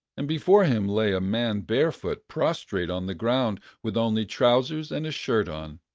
and before him lay a man barefoot, prostrate on the ground, with only trousers and a shirt on.